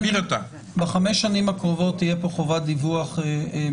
--- רק בשבועיים האחרונים הוספנו חובת דיווח לשורה ארוכה של חוקים.